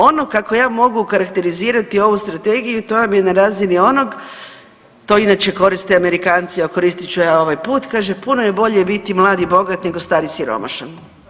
Ono kako ja mogu okarakterizirati ovu strategiju to vam je na razini onog, to inače koriste Amerikanci, a korist ću i ja ovaj put, kaže puno je bolje biti mlad i bogat nego star i siromašan.